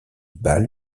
bals